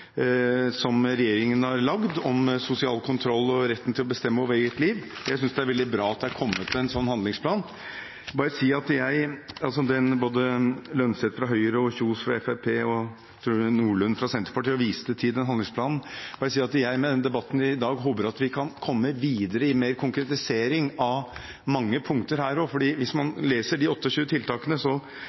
å bestemme over eget liv. Jeg synes det er veldig bra at det er kommet en sånn handlingsplan. Både Holm Lønseth fra Høyre, Kjønaas Kjos fra Fremskrittspartiet og Nordlund fra Senterpartiet viste til den handlingsplanen. Jeg håper at vi med debatten her i dag kan komme videre med konkretisering av mange punkter her, for hvis man leser de 28 tiltakene,